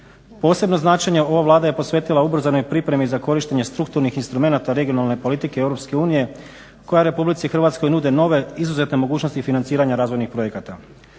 Posebno značenje ova Vlada je posvetila ubrzanoj pripremi za korištenje strukturnih instrumenata regionalne politike EU koja RH nude nove izuzetne mogućnosti financiranja razvojnih projekata.